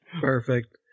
Perfect